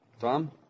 Tom